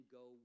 go